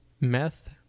Meth